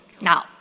Now